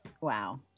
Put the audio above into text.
Wow